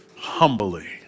humbly